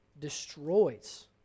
destroys